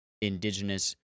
indigenous